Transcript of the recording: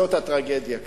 וזאת הטרגדיה כאן.